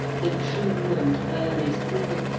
the true and earnest will,